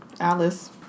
alice